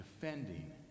defending